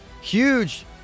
Huge